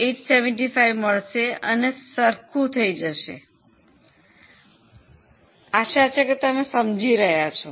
875 મળશે અને સરખું થઈ જશે તમે સમજી ગયા છો